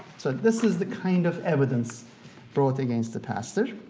so this is the kind of evidence brought against the pastor.